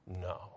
No